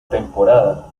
temporada